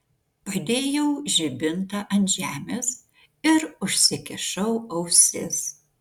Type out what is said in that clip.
padėjau žibintą ant žemės ir užsikišau ausis